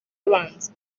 abanza